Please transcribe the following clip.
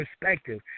perspective